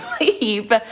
leave